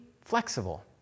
flexible